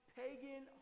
pagan